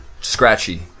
scratchy